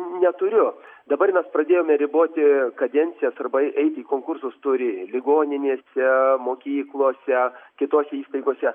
neturiu dabar mes pradėjome riboti kadencijas arba eiti į konkursus turi ligoninėse mokyklose kitose įstaigose